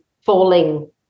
falling